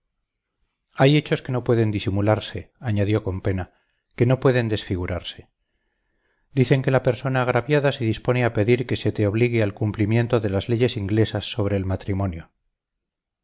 hay hechos que no pueden disimularse añadió con pena que no pueden desfigurarse dicen que la persona agraviada se dispone a pedir que se te obligue al cumplimiento de las leyes inglesas sobre el matrimonio